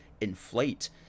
inflate